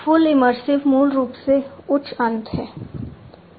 full immersive मूल रूप से उच्च अंत है